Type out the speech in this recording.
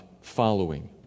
following